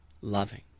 Loving